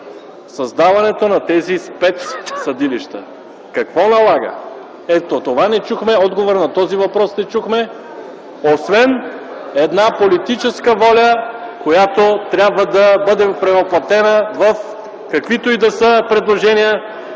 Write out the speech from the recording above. създаването на тези спецсъдилища? Какво налага? Ето, това не чухме! Отговорът на този въпрос не чухме, освен една политическа воля, която трябва да бъде превъплатена в каквито и да са предложения,